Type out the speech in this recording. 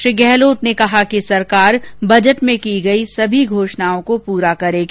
श्री गहलोत ने कहा कि सरकार बजट में की गई सभी घोषणाओं को पूरा करेगी